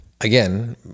again